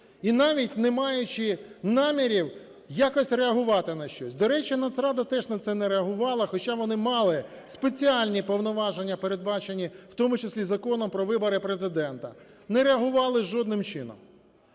і навіть не маючи намірів якось реагувати на щось. До речі, Нацрада теж на це не реагувала, хоча вони мали спеціальні повноваження, передбачені в тому числі Законом про вибори Президента. Не реагували жодним чином.